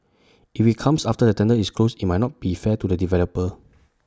if IT comes after the tender is closed IT might not be fair to the developer